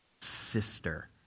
sister